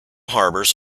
harbours